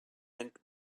and